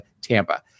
Tampa